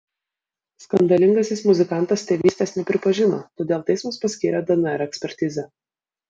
skandalingasis muzikantas tėvystės nepripažino todėl teismas paskyrė dnr ekspertizę